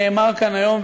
נאמר כאן היום,